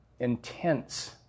intense